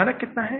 मानक कितना है